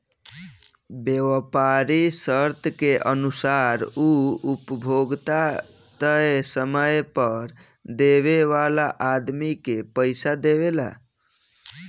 व्यापारीक शर्त के अनुसार उ उपभोक्ता तय समय पर देवे वाला आदमी के पइसा देवेला